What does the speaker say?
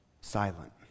silent